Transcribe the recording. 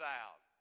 out